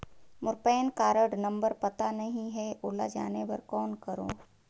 मोर PAN card number पता नहीं है, ओला जाने बर कौन करो?